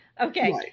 Okay